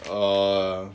err